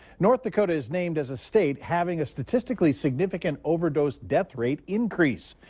north dakota is named as a state having a statistically significant overdose death rate increase.